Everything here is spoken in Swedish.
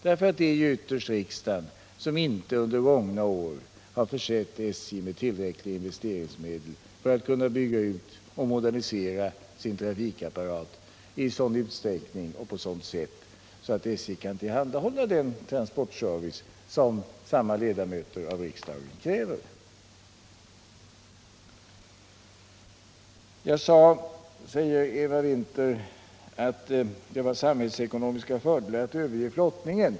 Det är nämligen ytterst riksdagen som inte under gångna år försett SJ med tillräckliga investeringsmedel för att man skall kunna bygga ut och modernisera sin trafikapparat i sådan utsträckning och på sådant sätt att SJ kan tillhandahålla den transportservice som samma ledamöter av riksdagen kräver. Jag sade, påpekar Eva Winther, att det var samhällsekonomiska fördelar med att överge flottningen.